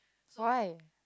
why